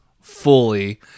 fully